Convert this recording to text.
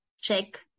check